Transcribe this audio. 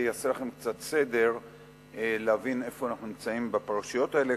זה יעשה לכם קצת סדר כדי להבין איפה אנחנו נמצאים בפרשיות האלה.